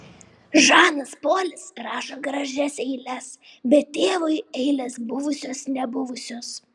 žanas polis rašo gražias eiles bet tėvui eilės buvusios nebuvusios